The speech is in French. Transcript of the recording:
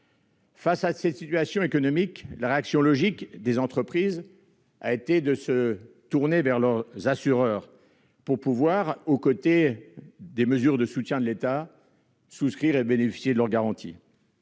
Face à cette situation économique, la réaction logique des entreprises a été de se tourner vers leurs assureurs, pour pouvoir, à côté des mesures de soutien de l'État, bénéficier de leurs garanties.